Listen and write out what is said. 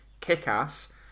kick-ass